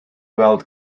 weld